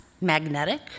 magnetic